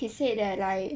he said that like